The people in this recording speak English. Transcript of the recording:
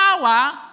power